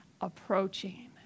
approaching